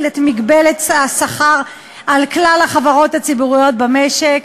את מגבלת השכר על כלל החברות הציבוריות במשק.